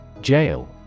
Jail